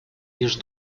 лишь